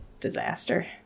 disaster